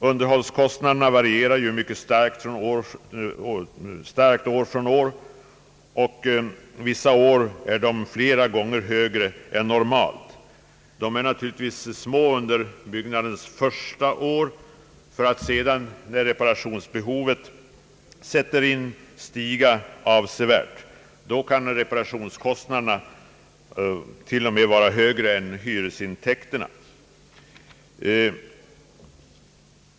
Underhållskostnaderna varierar mycket starkt år från år, och vissa år är de flera gånger högre än normalt. De är naturligtvis små under byggnadens första år för att sedan när reparationsbehovet sätter in stiga avsevärt. Då kan reparationskostnaderna t.o.m. vara högre än hyresintäkterna.